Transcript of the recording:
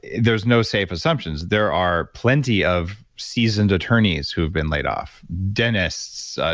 there's no safe assumptions. there are plenty of seasoned attorneys who've been laid off, dentists,